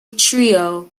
trio